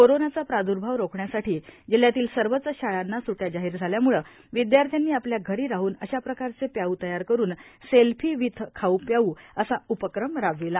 कोरोनाचा प्रादुर्भाव रोखण्यासाठी जिल्ह्यातील सर्वच शाळांना सुट्ट्या जाहीर झाल्याम्ळे विध्यार्थ्यानी आपल्या घरी राहून अश्या प्रकारचे प्याउ तयार करून सेल्फी विथ खाऊ प्याऊ असा उपक्रम राबवीला